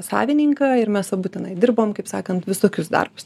savininką ir mes abu tenai dirbom kaip sakant visokius darbus